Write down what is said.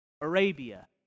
Arabia